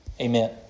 amen